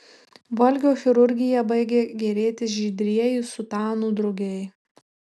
valgio chirurgija baigė gėrėtis žydrieji sutanų drugiai